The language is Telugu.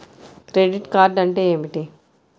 క్రెడిట్ కార్డ్ అంటే ఏమిటి?